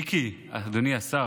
מיקי, אדוני השר,